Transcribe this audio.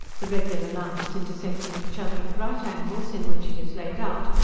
the regular lines intersecting each other at right angles, in which it is laid out,